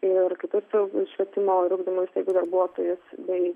ir kitus švietimo ir ugdymo įstaigų darbuotojus bei